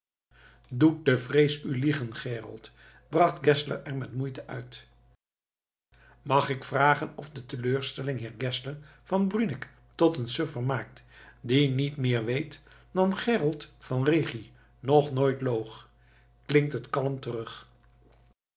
doet de vrees u liegen gerold brengt geszler er met moeite uit mag ik vragen of de teleurstelling heer geszler van bruneck tot een suffer maakt die niet meer weet dat gerold van den rigi nog nooit loog klinkt het kalm terug